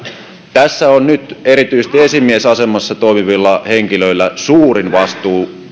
tässä on nyt erityisesti esimiesasemassa toimivilla henkilöillä suurin vastuu